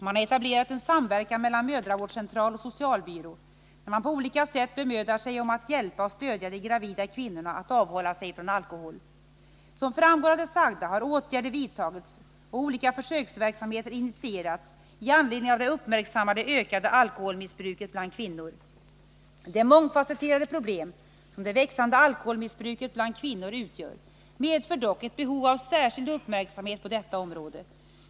Man har etablerat en samverkan mellan mödravårdscentral och socialbyrå där man på olika sätt bemödar sig om att hjälpa och stödja de gravida kvinnorna att avhålla sig från alkohol. Som framgår av det sagda har åtgärder vidtagits och olika försöksverksamheter initierats i anledning av det uppmärksammade ökade alkoholmissbruket bland kvinnor. Det mångfasetterade problem som det växande alkoholmissbruket bland kvinnor utgör medför dock ett behov av särskild uppmärksamhet på detta område.